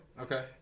okay